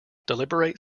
deliberate